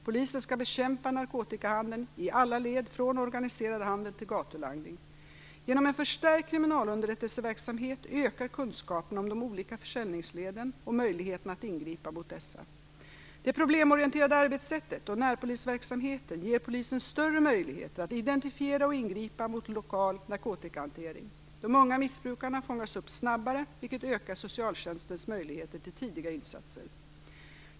Polisen skall bekämpa narkotikahandeln i alla led, från organiserad handel till gatulangning. Genom en förstärkt kriminalunderrättelseverksamhet ökar kunskaperna om de olika försäljningsleden och möjligheterna att ingripa mot dessa. Det problemorienterade arbetssättet och närpolisverksamheten ger polisen större möjligheter att identifiera och ingripa mot lokal narkotikahantering. De unga missbrukarna fångas upp snabbare, vilket ökar socialtjänstens möjligheter till tidiga insatser.